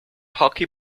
hockey